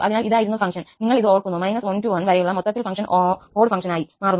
അതിനാൽ ഇതായിരുന്നു ഫംഗ്ഷൻ നിങ്ങൾ ഇത് ഓർക്കുന്നു 1 to 1 വരെയുള്ള മൊത്തത്തിൽ ഫങ്ക്ഷന് ഓഡ്ഡ് ഫങ്ക്ഷനായി മാറുന്നു